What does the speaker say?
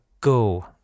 go